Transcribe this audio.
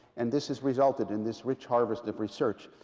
and this has resulted in this rich harvest of research,